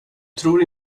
tror